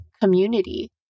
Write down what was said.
community